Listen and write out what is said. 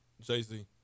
Jay-Z